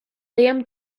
liam